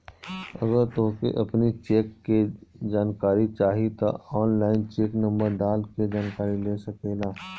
अगर तोहके अपनी चेक के जानकारी चाही तअ ऑनलाइन चेक नंबर डाल के जानकरी ले सकेला